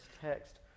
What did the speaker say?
text